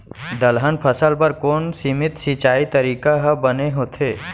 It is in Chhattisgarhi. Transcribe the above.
दलहन फसल बर कोन सीमित सिंचाई तरीका ह बने होथे?